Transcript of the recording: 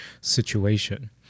situation